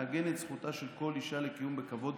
מעגן את זכותה של כל אישה לקיום בכבוד,